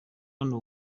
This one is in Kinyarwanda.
hano